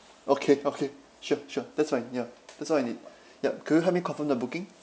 okay okay sure sure that's fine ya that's what I need yup could you help me confirm the booking